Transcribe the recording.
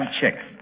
chicks